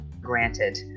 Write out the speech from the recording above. granted